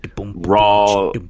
Raw